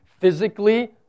physically